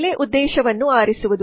ಬೆಲೆ ಉದ್ದೇಶವನ್ನು ಆರಿಸುವುದು